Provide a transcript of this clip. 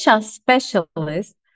specialist